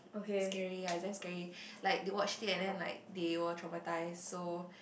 scary ah just scary like they watch it and then like they were traumatised so